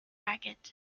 racket